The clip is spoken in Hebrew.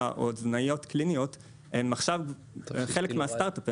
או תזונאיות קליניות הם עכשיו חלק מהסטארט-אפ.